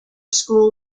school